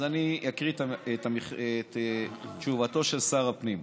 אז אני אקריא את תשובתו של שר הפנים: